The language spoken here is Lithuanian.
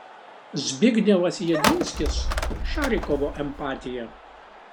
zbignevas jedinskis šarikovo empatija